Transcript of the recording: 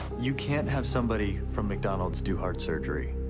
you can't have somebody from mcdonald's do heart surgery.